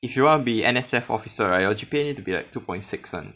if you want be N_S_F officer right your G_P_A need to be like two point six [one]